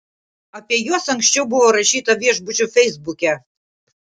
apie juos anksčiau buvo rašyta viešbučio feisbuke